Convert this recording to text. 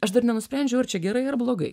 aš dar nenusprendžiau ar čia gerai ar blogai